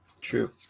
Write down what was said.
True